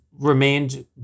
remained